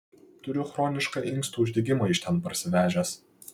turiu chronišką inkstų uždegimą iš ten parsivežęs